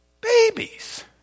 Babies